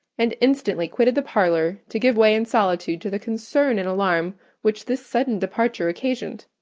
and instantly quitted the parlour to give way in solitude to the concern and alarm which this sudden departure occasioned.